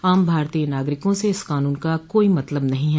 आम भारतीय नागरिकों से इस कानून का कोई मतलब नहीं है